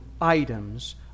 items